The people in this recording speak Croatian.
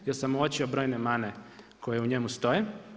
Jer sam uočio brojne mane koje u njemu stoje.